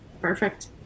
Perfect